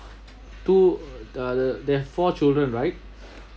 two they four children right